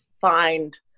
find